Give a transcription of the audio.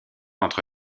entre